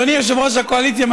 אדוני יושב-ראש הקואליציה,